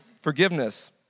forgiveness